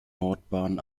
nordbahn